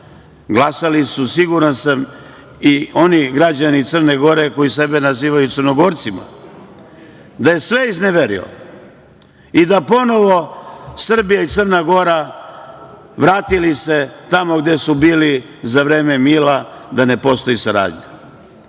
glasali su, siguran sam, i oni građani Crne Gore koji sebe nazivaju Crnogorcima, da je sve izneverio i da se ponovo Srbija i Crna Gora vrate tamo gde su bile za vreme Mila, da ne postoji saradnja. Ne